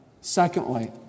Secondly